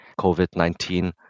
COVID-19